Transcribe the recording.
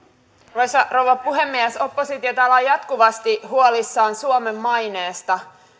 arvoisa rouva puhemies oppositio täällä on jatkuvasti huolissaan suomen maineesta